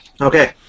Okay